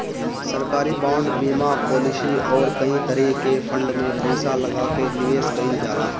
सरकारी बांड, बीमा पालिसी अउरी कई तरही के फंड में पईसा लगा के निवेश कईल जाला